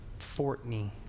Fortney